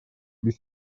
без